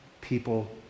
people